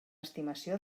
estimació